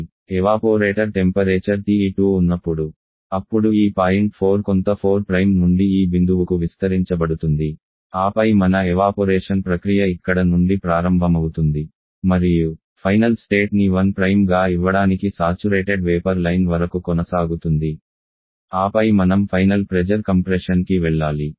evaporator temperature TE2 ఉన్నప్పుడు అప్పుడు ఈ పాయింట్ 4 కొంత 4 నుండి ఈ బిందువుకు విస్తరించబడుతుంది ఆపై మన ఎవాపొరేషన్ ప్రక్రియ ఇక్కడ నుండి ప్రారంభమవుతుంది మరియు ఫైనల్ స్టేట్ ని 1గా ఇవ్వడానికి సాచురేటెడ్ వేపర్ లైన్ వరకు కొనసాగుతుంది ఆపై మనం ఫైనల్ ప్రెజర్ కంప్రెషన్ కి వెళ్లాలి